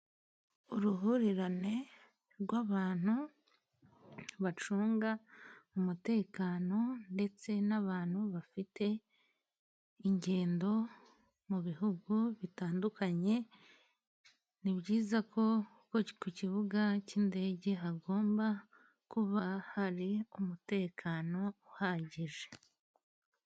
Uruhurirane rw'abantu bacunga umutekano, ndetse n'abantu bafite ingendo mu bihugu bitandukanye. Ni byiza ko ku kibuga cy'indege hagomba kuba hari umutekano uhagije.